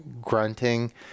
grunting